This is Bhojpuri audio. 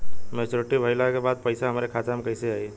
मच्योरिटी भईला के बाद पईसा हमरे खाता में कइसे आई?